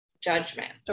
judgment